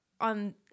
on